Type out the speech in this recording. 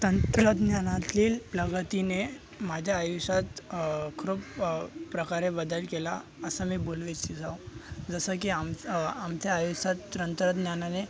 तंत्रज्ञानातील प्रगतीने माझ्या आयुष्यात खूप प्रकारे बदल केला असं मी बोलू इच्छितो जसं की आमच आमच्या आयुष्यात तंत्रज्ञानाने